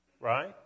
right